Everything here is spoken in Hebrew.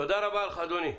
תודה רבה לך אדוני.